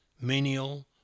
menial